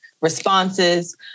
responses